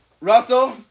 Russell